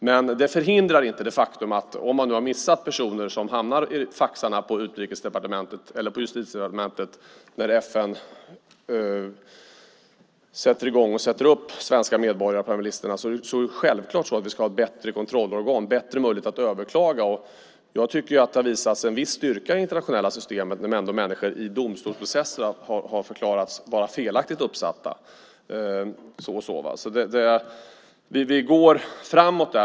Men det är ett faktum att man kan missa personer som hamnar i faxarna på Utrikesdepartementet eller på Justitiedepartementet när FN sätter upp svenska medborgare på de här listorna. Självklart ska vi ha bättre kontrollorgan och bättre möjlighet att överklaga. Jag tycker att det har visats en viss styrka i det internationella systemet när människor i domstolsprocesser ändå har förklarats vara felaktigt uppsatta, så vi går framåt.